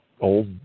old